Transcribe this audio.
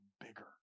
bigger